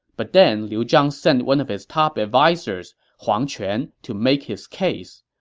but then liu zhang sent one of his top advisers, huang quan, to make his case.